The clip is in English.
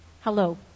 hello